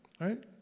right